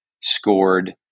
scored